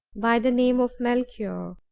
by the name of melchior.